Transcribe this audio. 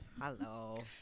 hello